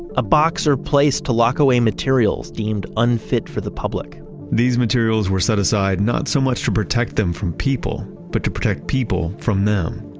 a box or place to lock away materials deemed unfit for the public these materials were set aside not so much to protect them from people, but to protect people from them.